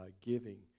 giving